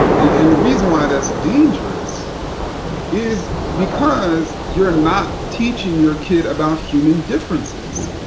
and and the reason why that's dangerous is because you're not teaching your kid about human differences.